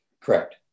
correct